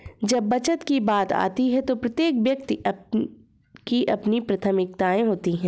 जब बचत की बात आती है तो प्रत्येक व्यक्ति की अपनी प्राथमिकताएं होती हैं